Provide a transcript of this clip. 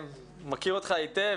אני מכיר אותך היטב,